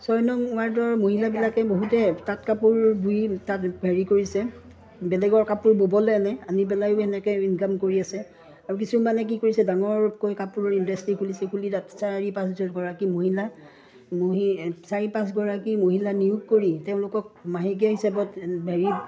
ছয় নং ৱাৰ্ডৰ মহিলাবিলাকে বহুতে তাঁত কাপোৰ বুই তাত হেৰি কৰিছে বেলেগৰ কাপোৰ ব'বলৈ আনে আনি পেলাইও এনেকৈ ইনকাম কৰি আছে আৰু কিছুমানে কি কৰিছে ডাঙৰকৈ কাপোৰৰ ইণ্ডাষ্ট্ৰী খুলিছে খুলি তাত চাৰি পাঁচগৰাকী মহিলা চাৰি পাঁচগৰাকী মহিলা নিয়োগ কৰি তেওঁলোকক মাহেকীয়া হিচাপত হেৰি